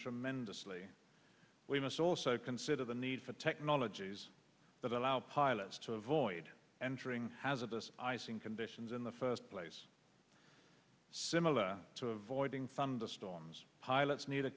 tremendously we must also consider the need for technologies that allow pilots to avoid entering hazardous icing conditions in the first place similar to avoiding thunderstorms pilots need a